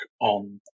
on